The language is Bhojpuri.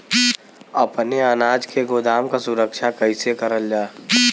अपने अनाज के गोदाम क सुरक्षा कइसे करल जा?